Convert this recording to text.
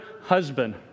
husband